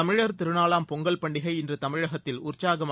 தமிழர் திருநாளாம் பொங்கல் பண்டிகை இன்று தமிழகத்தில் முழுவதும் உற்சாகமாக